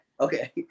Okay